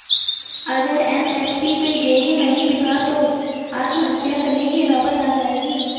अगर एम.एस.पी पे गेंहू नहीं बिका तो आत्महत्या करने की नौबत आ जाएगी